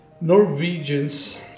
Norwegians